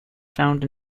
found